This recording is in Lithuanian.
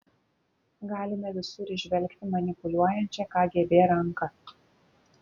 galime visur įžvelgti manipuliuojančią kgb ranką